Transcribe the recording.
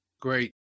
Great